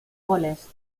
goles